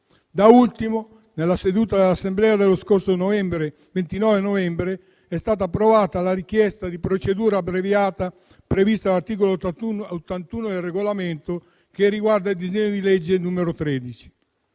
Da ultimo, nella seduta dell'Assemblea dello scorso 29 novembre, è stata approvata la richiesta di procedura abbreviata, prevista dall'articolo 81 del Regolamento, che riguarda il disegno di legge n. 13.